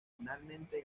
finalmente